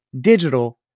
digital